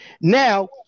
Now